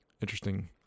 interesting